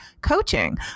coaching